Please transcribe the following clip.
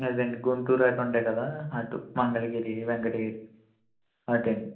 అదండి గుంటూరు అటుండే కదా వెంకటగిరి మంగళగిరి అటండి